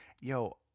Yo